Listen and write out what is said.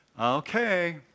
okay